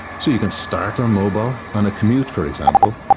so you can start on mobile, on a commute, for example,